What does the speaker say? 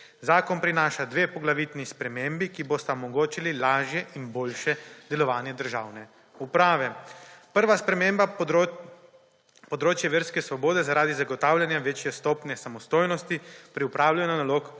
Zakon prinaša 2 poglavitni spremembi, ki bosta omogočili lažje in boljše delovanje državne uprave. Prva sprememba področje verske svobode zaradi zagotavljanja večje stopnje samostojnosti pri opravljanju nalog